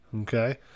okay